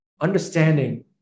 understanding